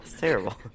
terrible